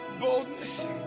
Boldness